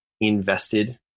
invested